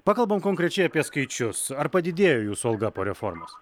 pakalbam konkrečiai apie skaičius ar padidėjo jūsų alga po reformos